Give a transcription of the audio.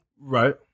Right